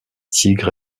tigre